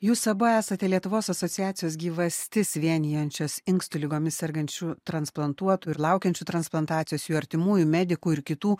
jūs abu esate lietuvos asociacijos gyvastis vienijančios inkstų ligomis sergančių transplantuotų ir laukiančių transplantacijos jų artimųjų medikų ir kitų